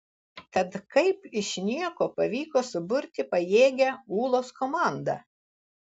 tad kaip iš nieko pavyko suburti pajėgią ūlos komandą